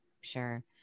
Sure